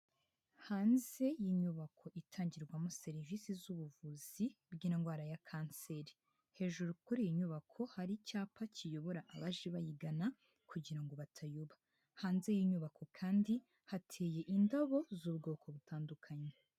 Hanze y'inyubako itangirwamo serivisi z'ubuvuzi bw'indwara ya kanseri, hejuru kuri iyi nyubako hari icyapa kiyobora abaje bayigana kugira ngo batayoba, hanze y'inyubako kandi hateye indabo z'ubwoko butandukanye.